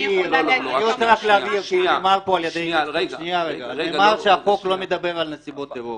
אני רוצה להבהיר שנאמר על ידי היועצים שהחוק לא מדבר על עבירות טרור.